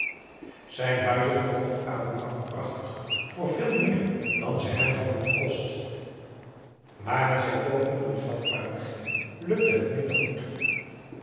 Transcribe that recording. zijn huizen verkocht aboe bakar prachtig voor veel meer dan ze hem hadden gekost maar met zijn pogingen om geld uit te geven lukte het minder goed